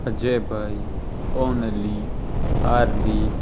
અજય ભાઈ કોર્નલી હાર્દી